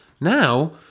Now